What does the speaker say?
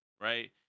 right